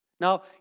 Now